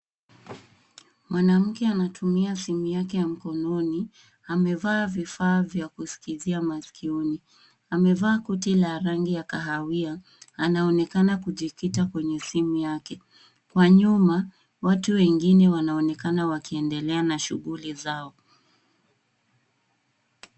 Mwanamke anatumia simu yake ya mkononi. Amevaa vifaa vya kusikizia masikioni. Amevaa koti la rangi ya kahawia. Anaonekana kujikita kwenye simu yake. Kwa nyuma, watu wengine wanaonekana wakiendelea na shughuli zao.